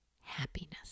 happiness